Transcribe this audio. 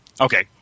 okay